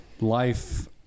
life